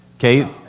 Okay